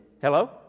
Hello